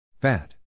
Bad